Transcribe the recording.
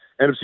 NFC